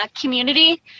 community